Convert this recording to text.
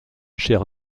chaire